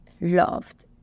loved